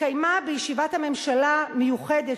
התקיימה ישיבת ממשלה מיוחדת,